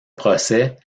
procès